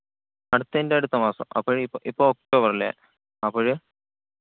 അടുത്തതിൻ്റടുത്ത മാസം അപ്പോൾ ഇപ്പം ഇപ്പം ഒക്ടോബറല്ലേ അപ്പോൾ